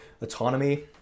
autonomy